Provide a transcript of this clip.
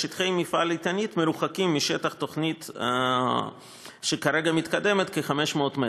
שטחי מפעל "איתנית" מרוחקים משטח תוכנית שכרגע מתקדמת בכ-500 מטר,